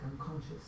unconscious